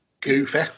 goofy